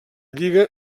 lliga